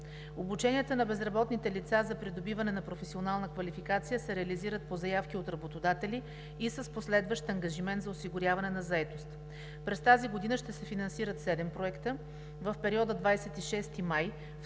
Обученията на безработните лица за придобиване на професионална квалификация се реализират по заявки от работодатели и с последващ ангажимент за осигуряване на заетост. През тази година ще се финансират седем проекта. В периода 26 май